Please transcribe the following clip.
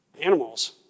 animals